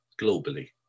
globally